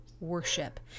worship